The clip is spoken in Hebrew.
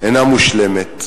אינה מושלמת.